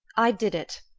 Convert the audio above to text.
i did it,